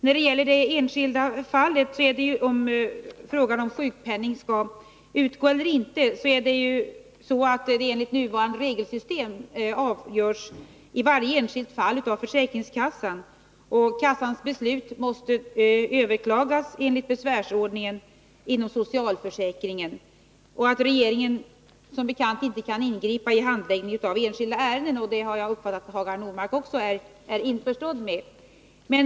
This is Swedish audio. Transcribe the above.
När det gäller det nu aktuella fallet och frågan om huruvida sjukpenning skall utgå eller inte vill jag säga att det enligt nuvarande regelsystem är försäkringskassan som har att besluta i varje enskilt fall. Kassans beslut kan överklagas enligt besvärsordningen inom socialförsäkringen, och regeringen kan som bekant inte ingripa i handläggningen av enskilda ärenden — jag har uppfattat att Hagar Normark är införstådd med detta.